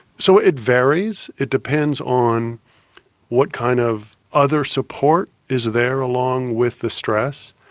so it varies, it depends on what kind of other support is there along with the stress.